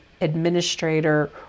administrator